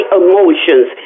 emotions